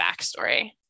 backstory